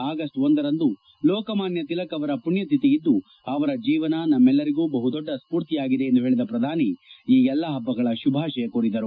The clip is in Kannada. ಆಗಸ್ಟ್ ಒಂದರಂದು ಲೋಕಮಾನ್ನ ತಿಲಕ್ ಅವರ ಪುಣ್ಯತಿಥಿ ಇದ್ದು ಅವರ ಜೀವನ ನಮ್ಮೆಲ್ಲರಿಗೂ ಬಹುದೊಡ್ಡ ಸ್ಪೂರ್ತಿಯಾಗಿದೆ ಎಂದು ಹೇಳಿದ ಪ್ರಧಾನಿ ಈ ಎಲ್ಲಾ ಹಬ್ಬಗಳ ಶುಭಾಶಯ ಕೋರಿದರು